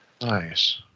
nice